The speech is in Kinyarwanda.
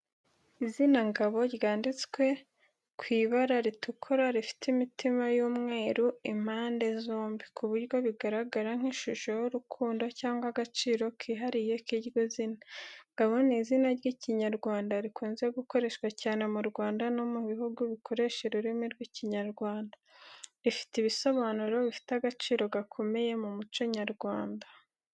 Izina Ngabo, ryanditswe ku ibara ritukura rifite imitima y’umweru impande zombi, ku buryo bigaragara nk’ishusho y’urukundo cyangwa agaciro kihariye k’iryo zina. Ngabo ni izina ry'Ikinyarwanda, rikunze gukoreshwa cyane mu Rwanda no mu bihugu bikoresha ururimi rw’Ikinyarwanda. Rifite ibisobanuro bifite agaciro gakomeye mu muco nyarwanda.